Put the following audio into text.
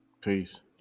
Peace